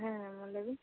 ᱦᱮᱸ ᱢᱟ ᱞᱟᱹᱭ ᱵᱤᱱ